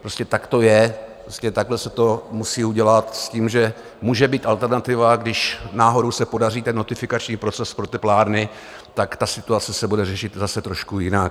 Prostě tak to je, takhle se to musí udělat s tím, že může být alternativa, když náhodou se podaří notifikační proces pro teplárny, tak ta situace se bude řešit zase trošku jinak.